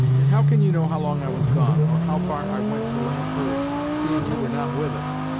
and how can you know how long i was gone, or how far i went to land hurry, seein' you were not with us,